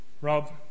Rob